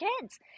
kids